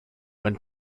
when